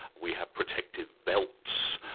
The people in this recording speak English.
we have protective belts,